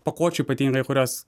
pakuočių ypatingai kurios